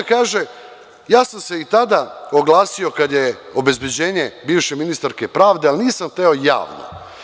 Onda kaže – ja sam se i tada oglasio kada je obezbeđenje bivše ministarke pravde, ali nisam hteo javno.